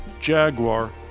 Jaguar